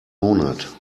monat